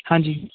ਹਾਂਜੀ